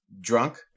drunk